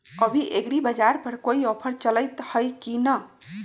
अभी एग्रीबाजार पर कोई ऑफर चलतई हई की न?